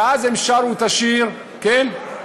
ואז הן שרו את השיר, כן?